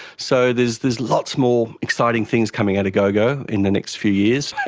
so there's there's lots more exciting things coming out of gogo in the next few years.